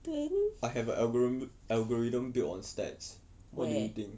then where